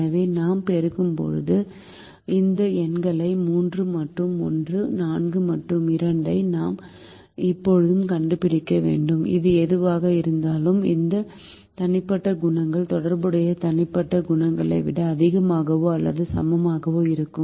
எனவே நாம் பெருக்கும்போது இந்த எண்களை 3 மற்றும் 1 4 மற்றும் 2 ஐ நாம் இப்போது கண்டுபிடிக்க வேண்டும் அது எதுவாக இருந்தாலும் இந்த தனிப்பட்ட குணகங்கள் தொடர்புடைய தனிப்பட்ட குணகங்களை விட அதிகமாகவோ அல்லது சமமாகவோ இருக்கும்